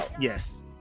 Yes